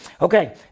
Okay